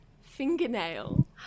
fingernail